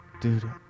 Dude